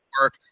work